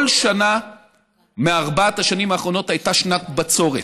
כל שנה מארבע השנים האחרונות הייתה שנת בצורת.